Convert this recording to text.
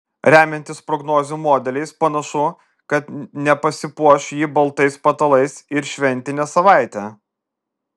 remiantis prognozių modeliais panašu kad nepasipuoš ji baltais patalais ir šventinę savaitę